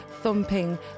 thumping